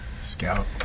Scout